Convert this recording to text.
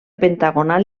pentagonal